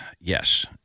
Yes